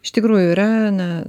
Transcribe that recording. iš tikrųjų yra na